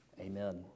Amen